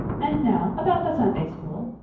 and now about the sunday school.